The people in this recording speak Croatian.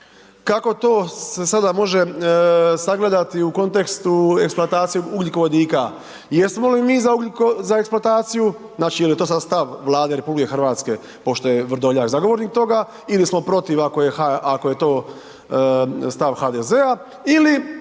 kako to se sad može sagledati u kontekstu eksploatacije ugljikovodika. Jesmo li mi za eksplantaciju, ili je to sada stav Vlade RH, pošto je Vrdoljak zagovornik toga ili je protiv, ako je to stav HDZ-a ili